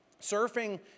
Surfing